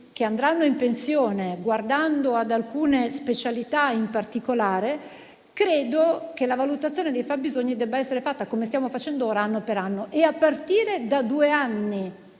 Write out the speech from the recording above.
che andranno in pensione, guardando ad alcune specialità in particolare, credo che la valutazione dei fabbisogni debba essere fatta - come stiamo facendo ora - anno per anno. E, a partire da due anni